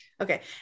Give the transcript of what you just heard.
Okay